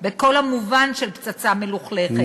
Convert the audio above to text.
בכל המובן של פצצה מלוכלכת,